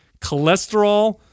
cholesterol